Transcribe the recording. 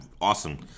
awesome